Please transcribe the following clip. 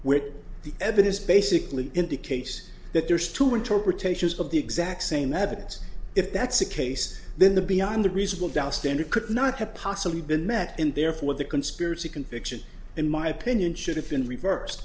where the evidence basically indicates that there's two interpretations of the exact same evidence if that's the case then the beyond the reasonable doubt standard could not have possibly been met and therefore the conspiracy conviction in my opinion should have been reverse